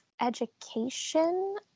education